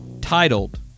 titled